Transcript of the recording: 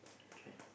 okay